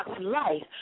life